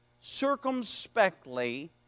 circumspectly